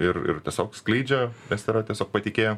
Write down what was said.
ir ir tiesiog skleidžia kas yra tiesiog patikėjo